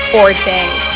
Forte